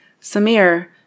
Samir